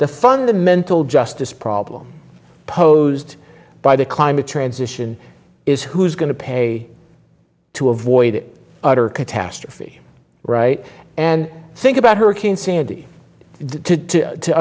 the fundamental justice problem posed by the climate transition is who's going to pay to avoid it utter catastrophe right and think about hurricane sandy t